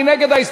מי נגד?